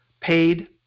paid